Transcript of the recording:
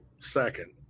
second